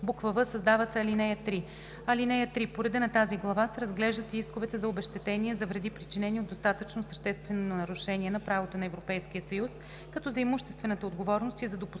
в) създава се ал. 3: „(3) По реда на тази глава се разглеждат и исковете за обезщетения за вреди, причинени от достатъчно съществено нарушение на правото на Европейския съюз, като за имуществената отговорност и за допустимостта